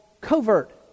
covert